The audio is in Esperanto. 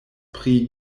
pri